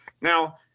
Now